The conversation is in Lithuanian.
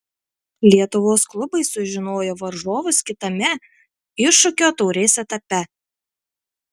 lietuvos klubai sužinojo varžovus kitame iššūkio taurės etape